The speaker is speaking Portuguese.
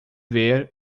ver